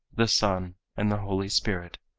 the son and the holy spirit.